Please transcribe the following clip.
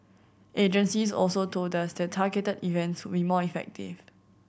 agencies also told us that targeted events will be more effective